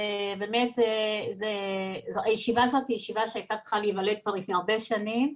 באמת הישיבה הזאת היא ישיבה שהיתה צריכה להיוולד כבר לפני הרבה שנים.